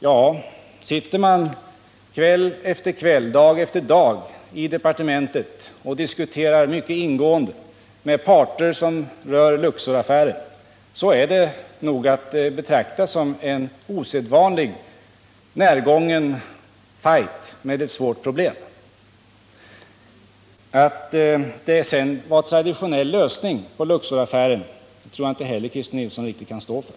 Ja, sitter man kväll efter kväll, dag efter dag i departementet och diskuterar mycket ingående med de parter som är inblandade i Luxoraffären är det nog att betrakta som en osedvanligt närgången fight med ett svårt problem. Påståendet att vi kom fram till en traditionell lösning på problemet med Luxoraffären tror jag inte heller Christer Nilsson kan stå för.